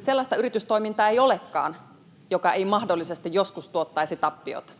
Sellaista yritystoimintaa ei olekaan, joka ei mahdollisesti joskus tuottaisi tappiota,